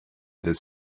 this